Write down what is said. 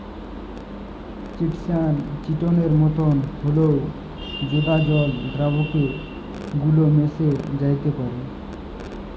chitosan চিটনের মতন হঁল্যেও জঁদা জল দ্রাবকে গুল্যে মেশ্যে যাত্যে পারে